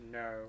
no